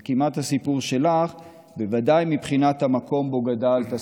זה כמעט הסיפור שלך בוודאי מבחינת המקום שבו גדלת,